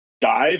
dive